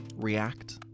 react